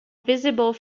visible